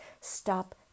stop